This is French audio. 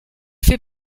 fait